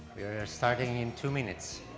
we're starting in two minutes.